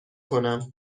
کنم